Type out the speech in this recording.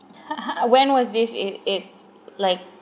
when was this it it's like